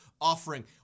offering